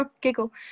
giggle